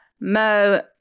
Mo